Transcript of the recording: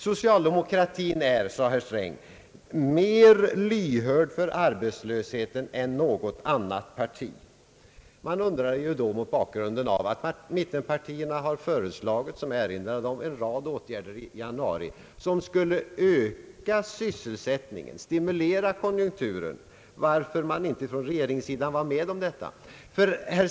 Socialdemokratin är, sade herr Sträng, mer lyhörd för arbetslösheten än något annat parti. Man undrar då, mot bakgrunden av att mittenpartierna, som jag tidigare erinrat om, föreslagit en rad åtgärder i januari som skulle öka sysselsättningen, stimulera konjunkturen, varför regeringen inte ville vara med om allt detta.